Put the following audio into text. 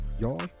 Y'all